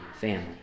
family